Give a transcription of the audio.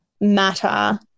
matter